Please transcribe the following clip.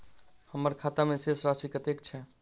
हम्मर खाता मे शेष राशि कतेक छैय?